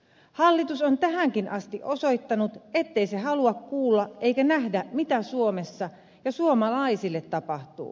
hallitus on tähänkin asti osoittanut ettei se halua kuulla eikä nähdä mitä suomessa ja suomalaisille tapahtuu